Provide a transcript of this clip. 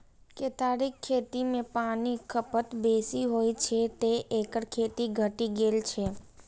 केतारीक खेती मे पानिक खपत बेसी होइ छै, तें एकर खेती घटि गेल छै